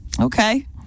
Okay